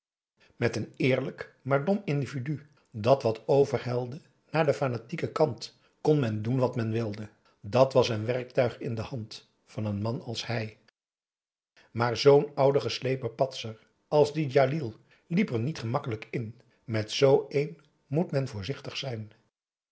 met een eerlijk maar dom individu dat wat overhelde naar den fanatieken kant kon men doen wat men wilde dat was een werktuig inde hand van een man als hij maar zoo'n oude geslepen patser als die djalil liep er niet gemakkelijk in met z een moet men voorzichtig zijn